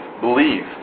Believe